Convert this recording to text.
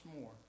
more